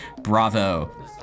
Bravo